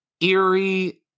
eerie